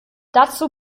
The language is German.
dazu